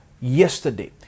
yesterday